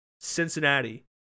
Cincinnati